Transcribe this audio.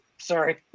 Sorry